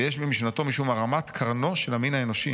ויש במשנתו משום הרמת קרנו של המין האנושי.